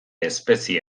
espezie